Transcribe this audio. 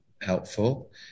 helpful